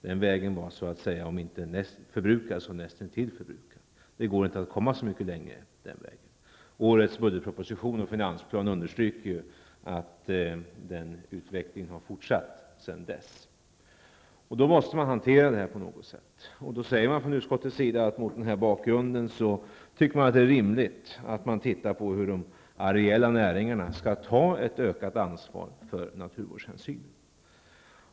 Den vägen är om inte förbrukad så näst intill förbrukad. Det går inte att komma så mycket längre på den vägen. Årets budgetproposition och finansplan understryker att denna utveckling har fortsatt. Man måste hantera det här på något sätt. Från utskottets sida säger man att man mot denna bakgrund tycker att det är rimligt att man tittar på hur de areella näringarna skall kunna ta ett ökat ansvar när det gäller naturvårdshänsyn.